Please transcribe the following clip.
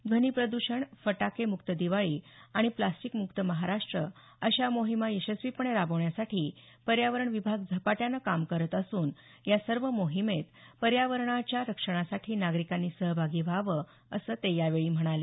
ध्वनीप्रदूषण फटाके मुक्त दिवाळी आणि प्लास्टिक मुक्त महाराष्ट्र अशा मोहिमा यशस्वीपणे राबवण्यासाठी पर्यावरण विभाग झपाट्यानं काम करीत असून या सर्व मोहिमेत पर्यावरणाच्या रक्षणासाठी नागरिकांनी सहभागी व्हावं असं ते यावेळी म्हणाले